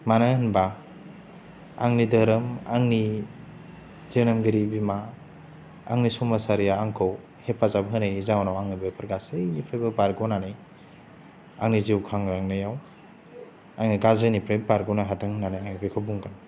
मानो होनबा आंनि धोरोम आंनि जोनोमगिरि बिमा आंनि समाजारिया आंखौ हेफाजाब होनायनि जाउनाव आङो बेफोर गासैनिफ्रायबो बारग'नानै आंनि जिउ खांलांनायाव आङो गाज्रिनिफ्राय बारग'नो हादो होननानै आङो बेखौ बुंगोन